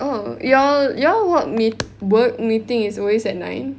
oh your your work mee~ work meeting is always at nine